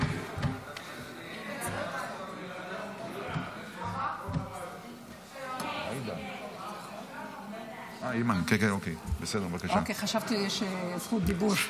חשבתי שזאת זכות דיבור.